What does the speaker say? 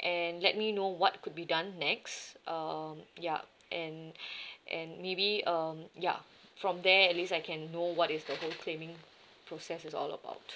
and let me know what could be done next um ya and and maybe um ya from there at least I can know what is the whole claiming process is all about